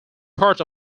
part